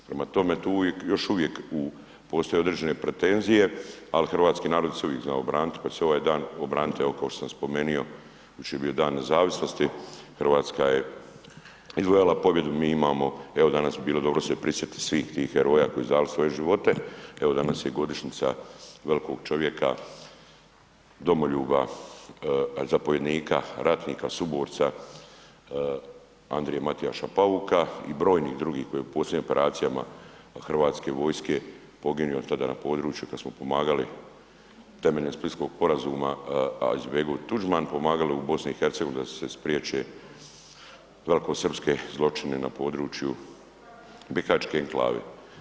Prema tome, tu još uvijek postoje određene pretenzije, ali hrvatski narod se uvijek znao braniti, pa će se ovaj dan obraniti evo kao što sam spomenuo jučer je bio Dan nezavisnosti, Hrvatska je izvojala pobjedu, mi imamo, evo danas bi bilo dobro se i prisjetiti svih tih heroja koji su dali svoje živote, evo danas je i godišnjica velkog čovjeka, domoljuba, zapovjednika, ratnika, suborca Andrije Matijaša Pauka i brojnih drugih koji u posljednjim operacijama od Hrvatske vojske poginuo tada na području kad smo pomagali temeljem splitskog sporazuma Izetbegović – Tuđman, pomagali u BiH da se spriječe velkosrpske zločine na području Bihaćke enklave.